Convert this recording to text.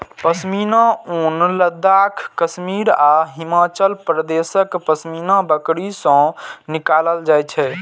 पश्मीना ऊन लद्दाख, कश्मीर आ हिमाचल प्रदेशक पश्मीना बकरी सं निकालल जाइ छै